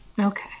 Okay